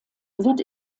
wird